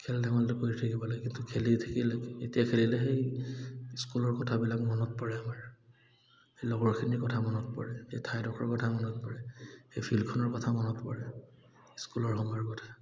খেল ধেমালিটো কৰি থাকিব লাগে কিন্তু খেলি থাকিলে এতিয়া খেলিলে সেই স্কুলৰ কথাবিলাক মনত পৰে আমাৰ সেই লগৰখিনিৰ কথা মনত পৰে সেই ঠাইডখৰ কথা মনত পৰে সেই ফিল্ডখনৰ কথা মনত পৰে স্কুলৰ সময়ৰ কথা